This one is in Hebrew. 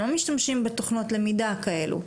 הם לא משתמשים בתוכנות למידה כאלו.